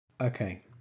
Okay